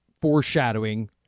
foreshadowing